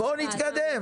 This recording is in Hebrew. בואו תקדם.